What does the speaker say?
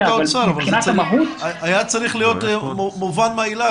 מבחינת המהות --- היה צריך להיות מובן מאליו